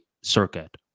circuit